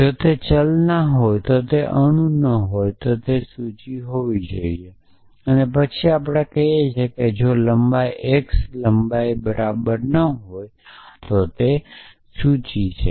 જો તે ચલ ન હોય તો તે અણુ ન હોય તો તે સૂચિ હોવી જ જોઇએ પછી આપણે કહીશું કે જો લંબાઈ x લંબાઈ બરાબર ન હોય તો તે સૂચિ છે